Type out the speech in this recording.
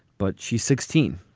but she's sixteen.